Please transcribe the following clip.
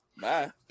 Bye